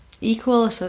equal